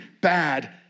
bad